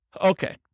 Okay